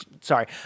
sorry